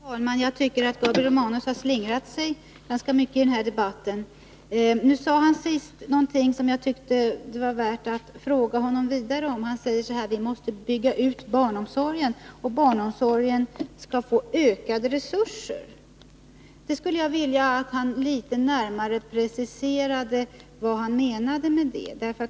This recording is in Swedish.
Herr talman! Jag tycker att Gabriel Romanus har slingrat sig ganska mycket i den här debatten. Nu sade han senast någonting som jag tyckte att det var värt att fråga honom vidare om. Han sade att vi måste bygga ut barnomsorgen och att barnomsorgen skall få ökade resurser. Jag skulle vilja att han litet närmare preciserade vad han menade med det.